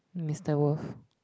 Mister Wolf